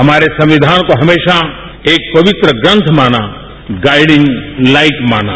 हमारे संविधान को हमेज्ञा एक पवित्र ग्रंथ माना गाइडिंग लाइक माना